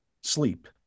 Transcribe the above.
sleep